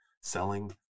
selling